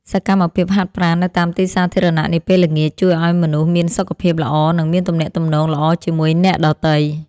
សកម្មភាពហាត់ប្រាណនៅតាមទីសាធារណៈនាពេលល្ងាចជួយឱ្យមនុស្សមានសុខភាពល្អ និងមានទំនាក់ទំនងល្អជាមួយអ្នកដទៃ។